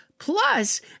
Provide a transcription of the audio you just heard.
Plus